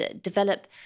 develop